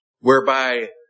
whereby